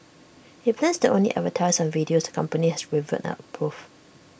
IT plans to only advertise on videos the company has reviewed and approved